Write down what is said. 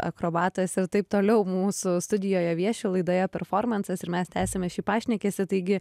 akrobatas ir taip toliau mūsų studijoje vieši laidoje performansas ir mes tęsiame šį pašnekesį taigi